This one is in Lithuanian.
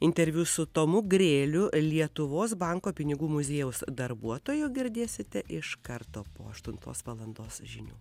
interviu su tomu grėliu lietuvos banko pinigų muziejaus darbuotoju girdėsite iš karto po aštuntos valandos žinių